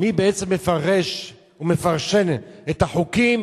מי בעצם מפרש ומפרשן את החוקים,